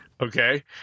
okay